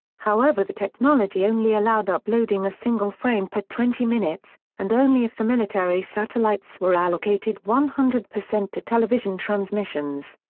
however the technology only allowed uploading a single frame per twenty minutes and only if the military satellites were allocated one hundred percent to television transmissions.